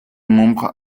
membre